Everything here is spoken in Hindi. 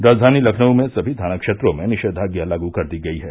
राजधानी लखनऊ में सभी थाना क्षेत्रों में निषेधाज्ञा लागू कर दी गई है